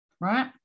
right